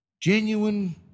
Genuine